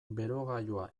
berogailua